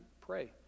pray